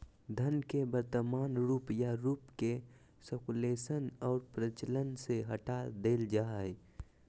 धन के वर्तमान रूप या रूप के सर्कुलेशन और प्रचलन से हटा देल जा हइ